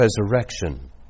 resurrection